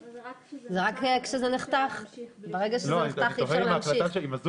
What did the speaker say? אבל אני רק רוצה לסבר את אוזניכם שלפני האירוע של ביטול הבידודים התחסנו